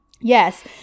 Yes